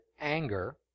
anger